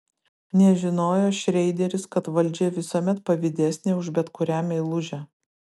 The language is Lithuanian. nežinojo šreideris kad valdžia visuomet pavydesnė už bet kurią meilužę